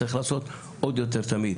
צריך לעשות עוד יותר תמיד,